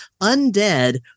Undead